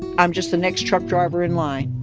i'm just the next truck driver in line.